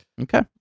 Okay